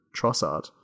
Trossard